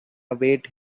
await